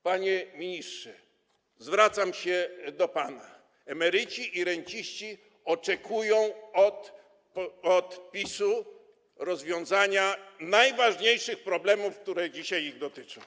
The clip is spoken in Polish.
Panie ministrze, zwracam się do pana: emeryci i renciści oczekują od PiS-u rozwiązania najważniejszych problemów, które dzisiaj ich dotyczą.